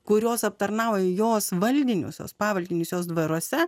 kurios aptarnavo jos valdinius jos pavaldinius jos dvaruose